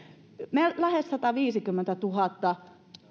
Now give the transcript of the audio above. selkeät ja lähes sataviisikymmentätuhatta